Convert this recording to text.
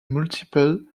multiple